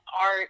art